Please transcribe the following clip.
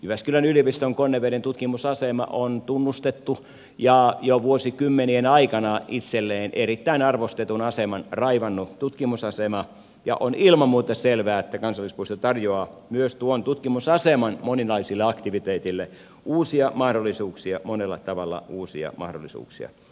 jyväskylän yliopiston konneveden tutkimusasema on tunnustettu ja jo vuosikymmenien aikana itselleen erittäin arvostetun aseman raivannut tutkimusasema ja on ilman muuta selvää että kansallispuisto tarjoaa myös tuon tutkimusaseman moninaisille aktiviteeteille uusia mahdollisuuksia monella tavalla uusia mahdollisuuksia